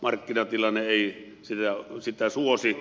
markkinatilanne ei sitä suosi